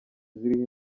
ziriho